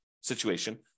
situation